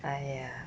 哎呀